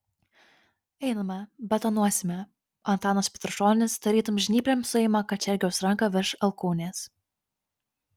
einame betonuosime antanas petrušonis tarytum žnyplėm suima kačergiaus ranką virš alkūnės